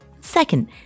Second